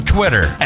Twitter